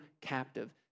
captive